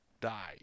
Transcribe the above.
die